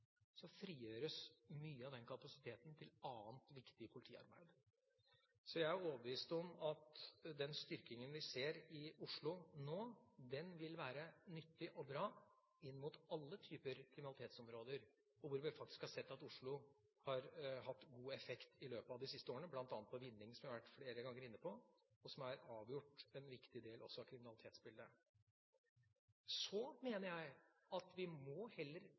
den styrkingen vi nå ser i Oslo, vil være nyttig og bra på alle typer kriminalitetsområder. Vi ser at Oslo har hatt god effekt av den i løpet av de siste årene, bl.a. på vinningsområdet, som vi flere ganger har vært inne på, og som avgjort også er en viktig del av kriminalitetsbildet. Så mener jeg at vi må heller